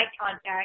contact